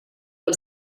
del